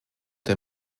der